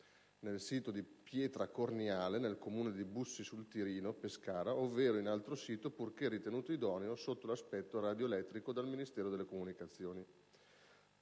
nel sito di Pietra Corniale nel Comune di Bussi sul Tirino (Pescara), ovvero in altro sito, purché ritenuto idoneo sotto l'aspetto radioelettrico dal Ministero delle comunicazioni